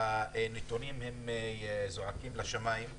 הנתונים הם זועקים לשמים.